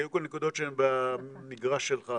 כי היו כאן נקודות שהן במגרש שלך.